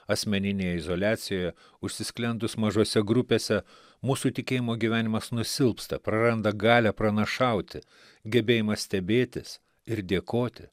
asmeninėje izoliacijoje užsisklendus mažose grupėse mūsų tikėjimo gyvenimas nusilpsta praranda galią pranašauti gebėjimą stebėtis ir dėkoti